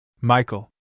Michael